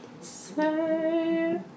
say